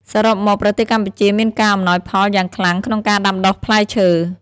សរុបមក ប្រទេសកម្ពុជាមានការអំណោយផលយ៉ាងខ្លាំងក្នុងការដាំដុះផ្លែឈើ។